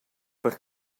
per